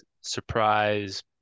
surprise